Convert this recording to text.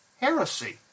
heresy